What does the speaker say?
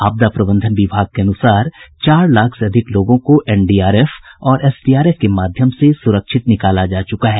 आपदा प्रबंधन विभाग के अनुसार चार लाख से अधिक लोगों को एनडीआरएफ और एसडीआरएफ के माध्यम से सुरक्षित निकाला जा चुका है